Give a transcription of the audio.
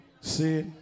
See